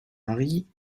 marie